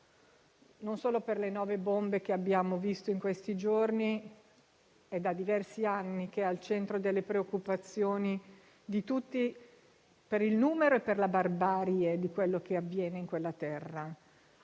non solo per le nove bombe di questi giorni. È da diversi anni che Foggia è al centro delle preoccupazioni di tutti, per il numero e per la barbarie di quanto avviene in quella terra.